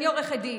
אני עורכת דין,